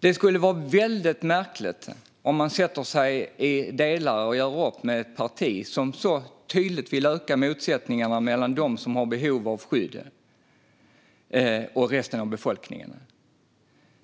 Det skulle vara väldigt märkligt att sätta sig och till vissa delar göra upp med ett parti som så tydligt vill öka motsättningarna mellan dem som har behov av skydd och resten av befolkningen.